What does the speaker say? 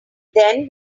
then